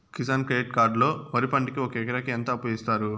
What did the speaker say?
Kisan credit card లో వరి పంటకి ఒక ఎకరాకి ఎంత అప్పు ఇస్తారు?